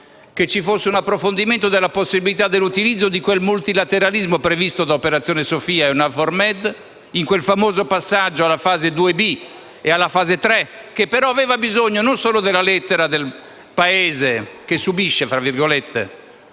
che ci fosse un approfondimento sulla possibilità dell'utilizzo di quel multilateralismo previsto dall'operazione Sophia EUNAVFOR MED, in quel famoso passaggio alla fase 2b e alla fase 3, che però aveva bisogno non solo della lettera del Paese che "subisce" l'iniziativa